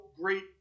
great